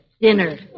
Dinner